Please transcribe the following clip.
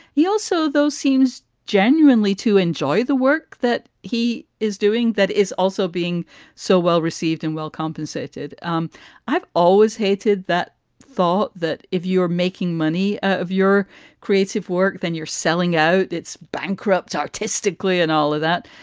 he also, though, seems genuinely to enjoy the work that he is doing. that is also being so well-received and well compensated. um i've always hated that thought that if you are making money off of your creative work, then you're selling out. it's bankrupt artistically and all of that.